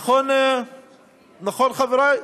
נכון, חברי?